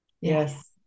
Yes